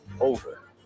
over